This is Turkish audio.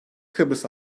kıbrıs